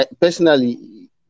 personally